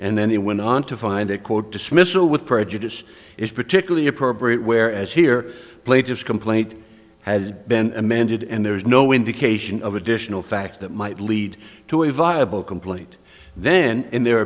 and then he went on to find a quote dismissal with prejudice is particularly appropriate whereas here play just complaint has been amended and there is no indication of additional fact that might lead to a viable complaint then in their